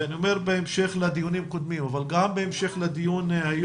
ואומר בהמשך לדיונים קודמים וגם בהמשך לדיון זה,